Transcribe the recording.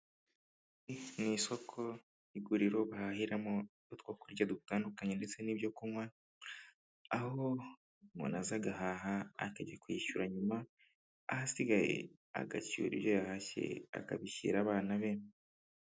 Ni isoko, iguriro bahahiramo utwo kurya dutandukanye ndetse n'ibyo kunywa aho umuntu aza agahaha akajya kwishyura nyuma, ahasigaye agacyura ibyo yahashye akabishyira abana be.